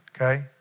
okay